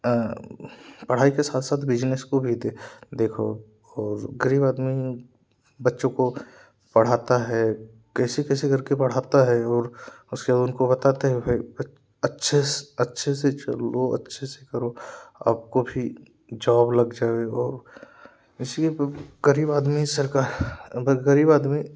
पढ़ाई के साथ साथ बिजनस को दे देखो और गरीब आदमी बच्चो को पढ़ाता है कैसे कैसे करके पढ़ाता है और उससे उनको बताते हैं भी अच्छे से अच्छे से चलो अच्छे से करो आपको भी जॉब लग जाए वे गो इसिए गरीब आदमी सरकार गरीब आदमी